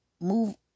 move